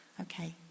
Okay